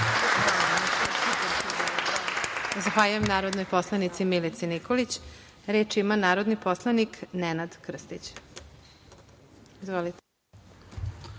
Zahvaljujem narodnoj poslanici Milici Nikolić. Reč ima narodni poslanik Nenad Krstić. Izvolite.